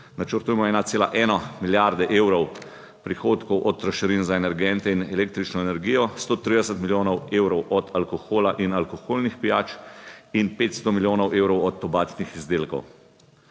načrtujemo 1,1 milijarde evrov prihodkov od trošarin za energente in električno energijo, 130 milijonov evrov od alkohola in alkoholnih pijač in 500 milijonov evrov od tobačnih izdelkov.